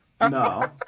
No